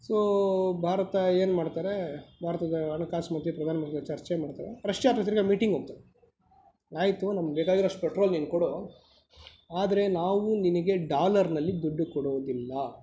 so Bharat ಏನ್ಮಾಡ್ತಾರೆ ಭಾರತದ ಹಣಕಾಸು ಮುಖ್ಯ ಪ್ರಧಾನಮಂತ್ರಿ ಚರ್ಚೆ ಮಾಡ್ತಾರೆ ರಷ್ಯಾ ಪ್ರೆಸಿಡೆಂಟ್ ಮೀಟಿಂಗ್ ಹೋಗ್ತದೆ ಆಯಿತು ನಮ್ಗೆ ಬೇಕಾಗಿರುವಷ್ಟು ಪೆಟ್ರೋಲ್ ನೀನು ಕೊಡು ಆದರೆ ನಾವು ನಿನಗೆ ಡಾಲರ್ನಲ್ಲಿ ದುಡ್ಡು ಕೊಡೋದಿಲ್ಲ